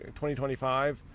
2025